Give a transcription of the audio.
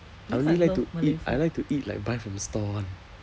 I only like to eat I like to eat like buy from store [one]